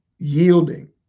yielding